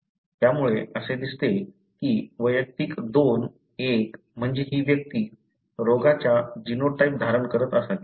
त्यामुळे असे दिसते की वैयक्तिक II 1 म्हणजे ही व्यक्ती रोगाचा जीनोटाइप धारण करत असावी